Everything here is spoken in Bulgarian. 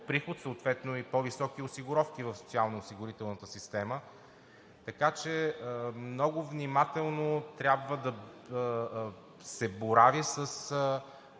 съответно и по-високи осигуровки в социалноосигурителната система. Така че много внимателно трябва да се борави с